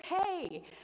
okay